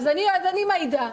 אז אני מעידה,